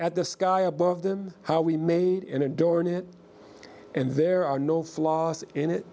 at the sky above them how we made in a door in it and there are no flaws in it